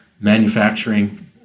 manufacturing